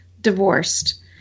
divorced